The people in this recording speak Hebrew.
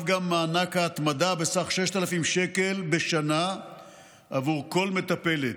גם מענק ההתמדה בסך 6,000 שקל בשנה לכל מטפלת.